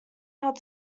held